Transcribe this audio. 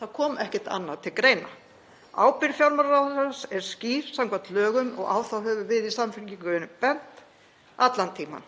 Það kom ekkert annað til greina. Ábyrgð fjármálaráðherrans er skýr samkvæmt lögum og á það höfum við í Samfylkingunni bent allan tímann.